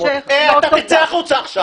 אתה תצא עכשיו.